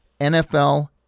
NFL